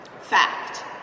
Fact